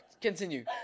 Continue